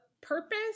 purpose